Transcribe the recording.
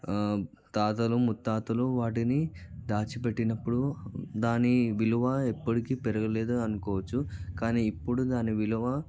తాతాలు ముత్తాతలు వాటిని దాచిపెట్టినప్పుడు దాని విలువ ఎప్పటికీ పెరగలేదు అనుకోవచ్చు కానీ ఇప్పుడు దాని విలువ